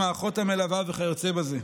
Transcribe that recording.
עם האחות המלווה וכיוצא בזה.